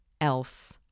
else